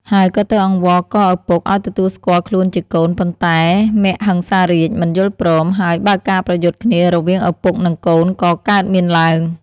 ហើយក៏ទៅអង្វរករឪពុកឱ្យទទួលស្គាល់ខ្លួនជាកូន ប៉ុន្តែមហិង្សារាជមិនយល់ព្រម ហើយបើកការប្រយុទ្ធគ្នារវាងឪពុកនឹងកូនក៏កើតមានឡើង។